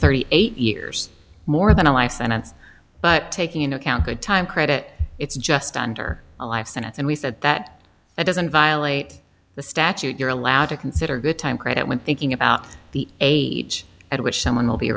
thirty eight years more than a life sentence but taking into account the time credit it's just under a life sentence and we said that it doesn't violate the statute to consider good time credit when thinking about the age at which someone will be